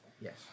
Yes